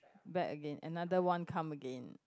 back again another one come again